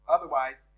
Otherwise